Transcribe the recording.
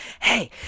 hey